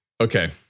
Okay